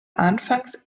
anfangs